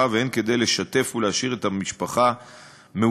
והן כדי לשתף ולהשאיר את המשפחה מעודכנת.